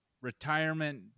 retirement